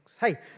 Hey